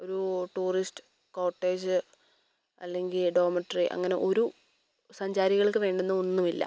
ഒരു tourist cottage അല്ലെങ്കിൽ dormitory അങ്ങനെ ഒരു സഞ്ചാരികൾക്ക് വേണ്ടുന്ന ഒന്നും ഇല്ല